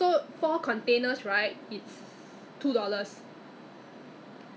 usually when only when I go out lah only when I go out then I will you know put on